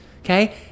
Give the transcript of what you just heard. okay